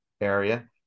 area